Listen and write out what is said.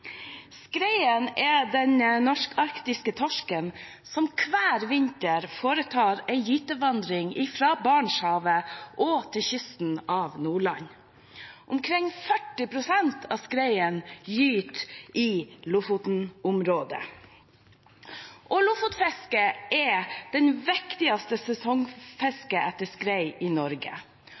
skreien. Skreien er den norsk-arktiske torsken som hver vinter foretar en gytevandring fra Barentshavet til kysten av Nordland. Omkring 40 pst. av skreien gyter i Lofoten-området. Lofotfisket er det viktigste sesongfisket etter skrei i Norge,